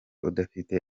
udafite